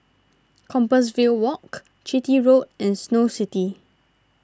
Compassvale Walk Chitty Road and Snow City